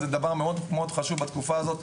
זה דבר מאוד מאוד חשוב בתקופה הזאת,